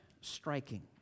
striking